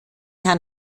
herrn